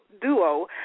duo